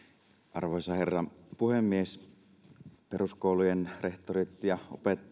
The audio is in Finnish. arvoisa herra puhemies peruskoulujen rehtorit ja opettajat ja